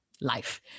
life